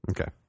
Okay